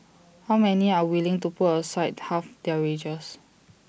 how many are willing to put aside half their wages